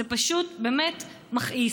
זה פשוט באמת מכעיס.